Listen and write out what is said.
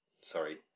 sorry